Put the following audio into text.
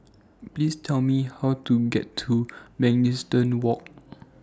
Please Tell Me How to get to Mugliston Walk